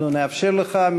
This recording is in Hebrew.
אנחנו נאפשר לך,